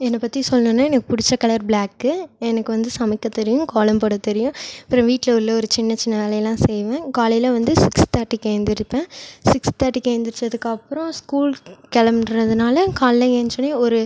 என்னை பற்றி சொல்லணுன்னா எனக்கு பிடிச்ச கலர் ப்ளாக்கு எனக்கு வந்து சமைக்கத் தெரியும் கோலம் போட தெரியும் அப்புறம் வீட்டில் உள்ள ஒரு சின்ன சின்ன வேலையெலாம் செய்வேன் காலையில் வந்து சிக்ஸ் தேட்டிக்கு எழுந்திரிப்பேன் சிக்ஸ் தேட்டிக்கு எந்திரிச்சதுக்கப்புறம் ஸ்கூல்க்கு கிளம்புறதினால காலைல ஏன்சோடனே ஒரு